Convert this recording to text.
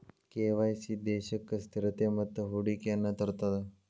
KYC ದೇಶಕ್ಕ ಸ್ಥಿರತೆ ಮತ್ತ ಹೂಡಿಕೆಯನ್ನ ತರ್ತದ